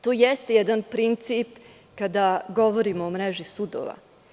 To jeste jedan princip kada govorimo o mreži sudova.